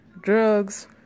drugs